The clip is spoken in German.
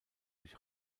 sich